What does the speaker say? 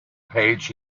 page